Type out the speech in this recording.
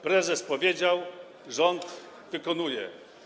Prezes powiedział, rząd wykonuje.